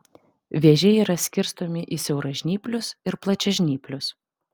vėžiai yra skirstomi į siauražnyplius ir plačiažnyplius